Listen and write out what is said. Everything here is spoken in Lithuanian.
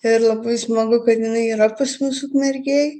ir labai smagu kad jinai yra pas mus ukmergėj